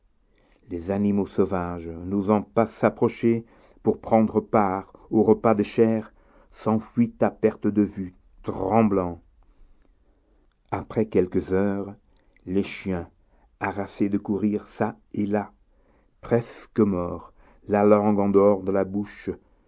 les animaux sauvages n'osant pas s'approcher pour prendre part au repas de chair s'enfuient à perte de vue tremblants après quelques heures les chiens harassés de courir çà et là presque morts la langue en dehors de la bouche